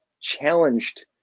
challenged